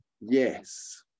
Yes